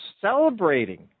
celebrating